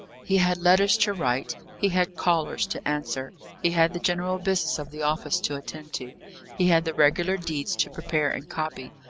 he had letters to write he had callers to answer he had the general business of the office to attend to he had the regular deeds to prepare and copy.